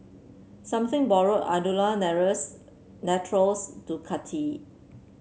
Something Borrowed Andalou Naturals Ducati